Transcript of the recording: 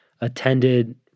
attended